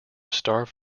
starve